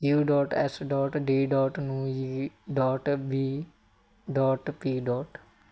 you dot S dot D dot ਨੂੰ G dot B dot P dot